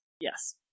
Yes